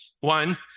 One